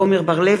עמר בר-לב,